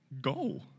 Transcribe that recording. go